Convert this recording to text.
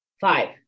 Five